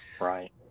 Right